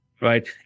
right